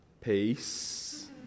Peace